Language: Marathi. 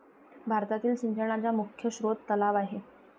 भारतातील सिंचनाचा मुख्य स्रोत तलाव आहे